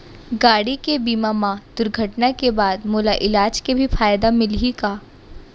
गाड़ी के बीमा मा दुर्घटना के बाद मोला इलाज के भी फायदा मिलही का?